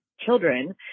children